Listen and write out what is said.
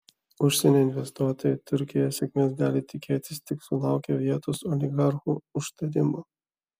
užsienio investuotojai turkijoje sėkmės gali tikėtis tik sulaukę vietos oligarchų užtarimo